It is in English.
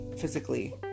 physically